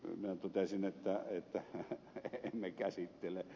minä totesin että emme käsittele